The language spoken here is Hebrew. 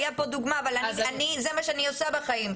היה פה דוגמה אבל זה מה שאני עושה בחיים.